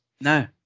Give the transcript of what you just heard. No